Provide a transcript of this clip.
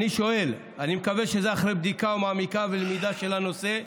אני שואל: אני מקווה שזה אחרי בדיקה מעמיקה ולמידה של הנושא.